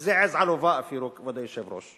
וזה עז עלובה אפילו, כבוד היושב-ראש.